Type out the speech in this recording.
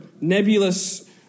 nebulous